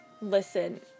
listen